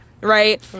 right